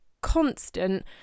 constant